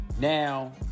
now